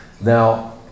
Now